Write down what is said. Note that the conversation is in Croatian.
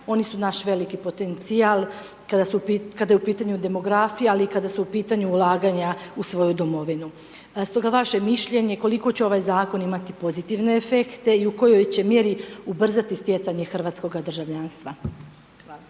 oni su naš veliki potencijal, kada je u pitanju demografija ali i kada su u pitanju ulaganja u svoju domovinu. Stoga vaše mišljenje koliko će ovaj zakon imati pozitivne efekte i u kojoj će mjeri ubrzati stjecanje hrvatskoga državljanstva.